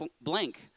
blank